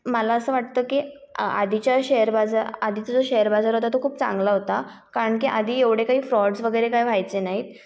मला असं वाटतं की आधीच्या शेअर बाजा आ आधीचा जो शेअर बाजार होता तो खूप चांगला होता कारण की आधी एवढे काही फ्रॉड्स वगैरे काही व्हायचे नाहीत